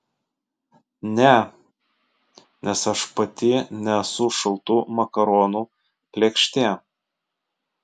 ne nes aš pati nesu šaltų makaronų lėkštė